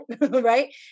right